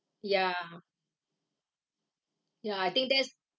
ya ya I think that's